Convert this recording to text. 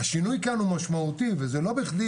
השינוי כאן הוא משמעותי, ולא בכדי